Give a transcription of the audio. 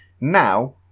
now